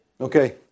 Okay